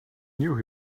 knew